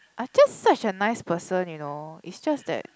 I just such a nice person you know it's just that